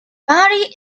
body